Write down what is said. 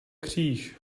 kříž